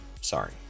sorry